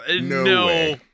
no